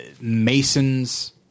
Mason's